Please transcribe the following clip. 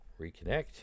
reconnect